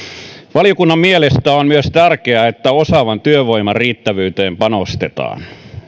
valiokunnan mielestä on tärkeää myös että osaavan työvoiman riittävyyteen panostetaan